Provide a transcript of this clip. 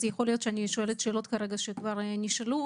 אז יכול להיות שאני שואלת שאלות שכבר נשאלו.